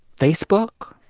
facebook?